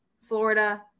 Florida